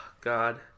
God